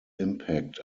impact